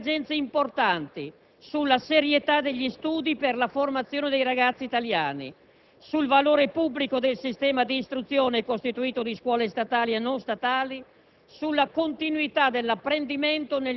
Questa riflessione ha portato a convergenze importanti sulla serietà degli studi per la formazione dei ragazzi italiani, sul valore pubblico del sistema di istruzione, costituito di scuole statali e non statali,